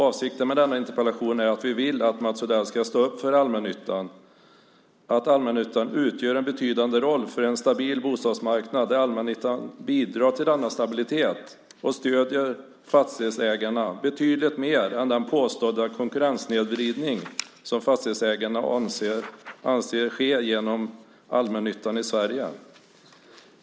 Avsikten med denna interpellation är att vi vill att Mats Odell ska stå upp för allmännyttan och att den utgör en betydande roll för en stabil bostadsmarknad där allmännyttan bidrar till stabilitet och stöder fastighetsägarna betydligt mer än den påstådda konkurrenssnedvridning som fastighetsägarna anser sker genom allmännyttan i Sverige.